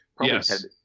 Yes